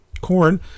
Corn